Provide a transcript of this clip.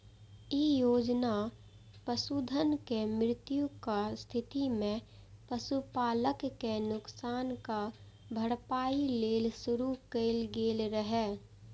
ई योजना पशुधनक मृत्युक स्थिति मे पशुपालक कें नुकसानक भरपाइ लेल शुरू कैल गेल रहै